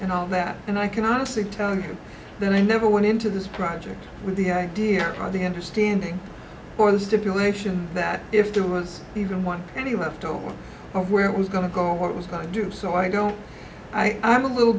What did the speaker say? and all that and i can honestly tell you that i never went into this project with the idea on the understanding or the stipulation that if there was even one penny left over of where it was going to go and what was going to do so i go i'm a little